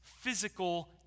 physical